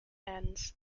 and